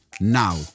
now